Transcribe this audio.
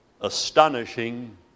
astonishing